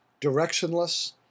directionless